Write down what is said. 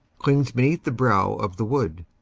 clings beneath the brow of the wood.